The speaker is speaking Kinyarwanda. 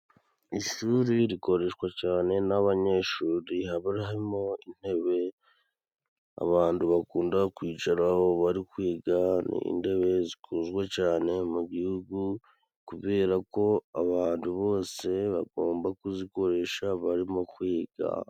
Ishuri rikoreshwa cane n'abanyeshuri haba harimo intebe abandu bakunda kwicaraho bari kwiga ni indebe zikunzwe cane mu gihugu kubera ko abantu bose bagomba kuzikoresha barimo kwiga.